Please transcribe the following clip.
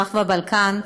המזרח והבלקן,